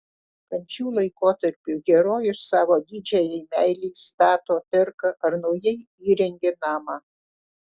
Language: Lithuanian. kančių laikotarpiu herojus savo didžiajai meilei stato perka ar naujai įrengia namą